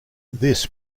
this